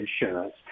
insurance